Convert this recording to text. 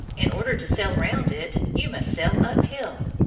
in order to sail round it you must sail uphill!